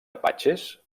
apatxes